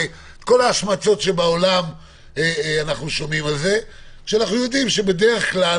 כל ההשמצות שבעולם אנחנו שומעים על זה כשאנחנו יודעים שבדרך-כלל